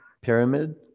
pyramid